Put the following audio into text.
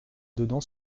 donnant